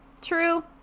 True